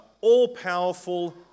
all-powerful